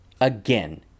again